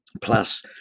plus